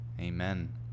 Amen